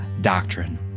doctrine